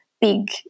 big